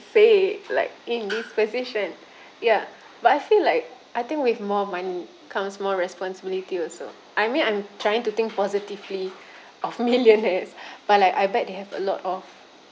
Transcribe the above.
fake like in this position ya but I feel like I think with more money comes more responsibility also I mean I'm trying to think positively of millionaires but like I bet they have a lot of